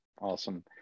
Awesome